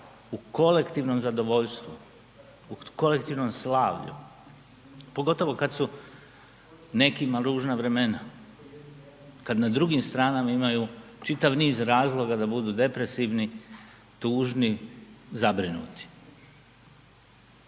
u kolektivnom zadovoljstvu, u kolektivnom slavlju, pogotovo kad su nekima ružna vremena, kad na drugim stranama imaju čitav niz razloga da budu depresivni, tužni, zabrinuti.